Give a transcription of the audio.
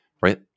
right